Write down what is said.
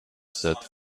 that